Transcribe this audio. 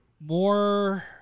more